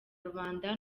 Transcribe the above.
rubanda